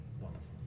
Wonderful